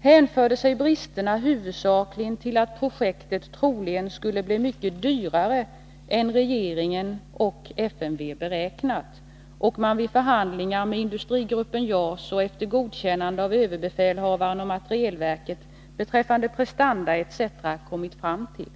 hänförde sig bristerna huvudsakligen till att projektet troligen skulle bli mycket dyrare än regeringen och FMV beräknat och än man vid förhandlingar med industrigruppen JAS och efter godkännande av överbefälhavaren och materielverket beträffande prestanda etc. kommit fram till.